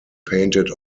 painted